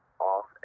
off